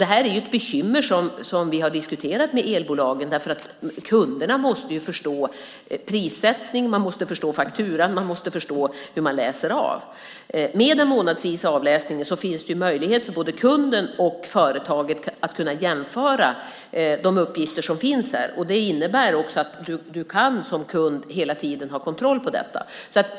Det är ett bekymmer som vi har diskuterat med elbolagen, eftersom kunderna måste förstå prissättningen, fakturan och hur man läser av. Med en månadsvis avläsning finns det möjligheter för både kunden och företaget att jämföra de uppgifter som finns här. Det innebär också att man som kund hela tiden kan ha kontroll på detta.